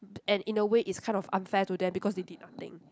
and in a way it's kind of unfair to them because they did nothing